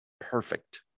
perfect